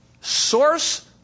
source